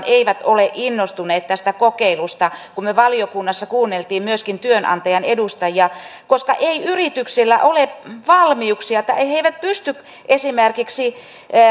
eivät ole innostuneet tästä kokeilusta kun me valiokunnassa kuuntelimme myöskin työnantajien edustajia koska ei yrityksillä ole valmiuksia esimerkiksi